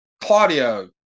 Claudio